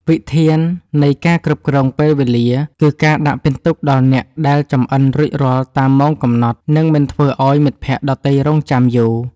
វិធាននៃ ការគ្រប់គ្រងពេលវេលា គឺការដាក់ពិន្ទុដល់អ្នកដែលចម្អិនរួចរាល់តាមម៉ោងកំណត់ និងមិនធ្វើឱ្យមិត្តភក្តិដទៃរង់ចាំយូរ។